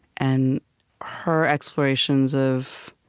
and her explorations of